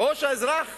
או האזרח